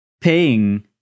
paying